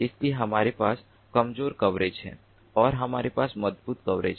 इसलिए हमारे पास कमजोर कवरेज है और हमारे पास मजबूत कवरेज है